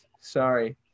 sorry